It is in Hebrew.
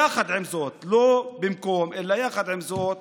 יחד עם זאת, לא במקום, אלא יחד עם זאת,